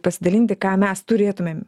pasidalinti ką mes turėtumėm